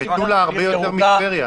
מטולה הרבה יותר מטבריה.